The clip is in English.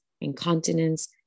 incontinence